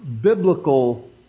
biblical